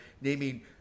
naming